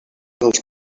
dels